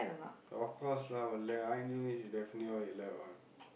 of course lah !walao! I know she definitely one